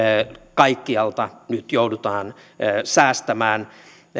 kaikkialta nyt joudutaan säästämään